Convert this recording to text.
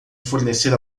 fornecer